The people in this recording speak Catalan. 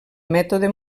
mètode